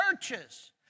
churches